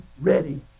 ready